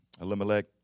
Elimelech